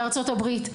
בארצות הברית,